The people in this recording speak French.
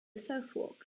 southwark